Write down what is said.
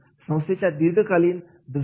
संस्थेच्या दीर्घकालीन दृष्टीचा